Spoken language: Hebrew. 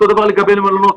אותו דבר לגבי מלונות.